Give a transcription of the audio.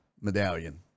medallion